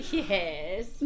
yes